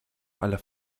aller